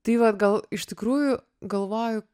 tai vat gal iš tikrųjų galvoju